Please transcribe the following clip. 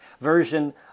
version